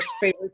favorite